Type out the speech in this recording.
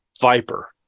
Viper